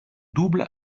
double